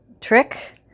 trick